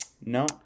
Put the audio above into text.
No